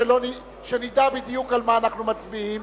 שנדע בדיוק על מה אנחנו מצביעים,